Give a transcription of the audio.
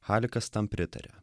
halikas tam pritaria